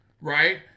right